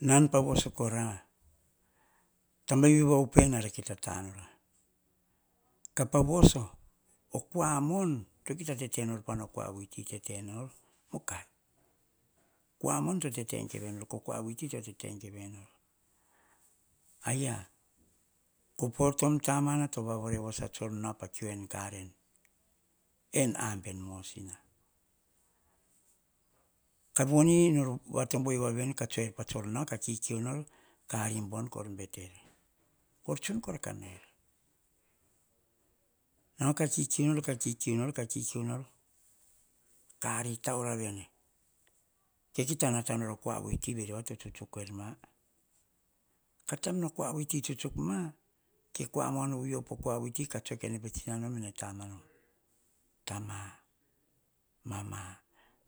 Nan pah voso kora tabvavi va upe nara kita tanora kua mon to kita tete pano kua viti tete nol kua mon to tete geivei nor. Ko kua woiti to tete gavei no ayia. Po tom tama to vavore tsol nau en tenekiu enave. En mosina kah voni nol vatoi voene tsol kikiu no. Kah ari bon koltsun kora kah rail. Nara ka kiukiu nor ka kiukiu nor ka kiukiu nor, kah ari tauravene, kua wiu tive riva to tsuktsuk er ma. Ka taim no kua wui tsuktsuk kua mon to op oh kua vui ti kah tsoe ka en pe tsinano akua vuiti wori mama